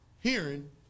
hearing